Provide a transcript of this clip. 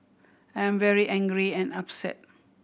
I am very angry and upset